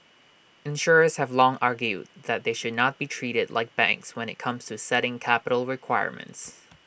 insurers have long argued they should not be treated like banks when IT comes to setting capital requirements